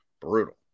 brutal